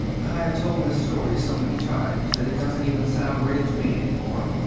i've told this story so many times that it doesn't even sound real to me any more.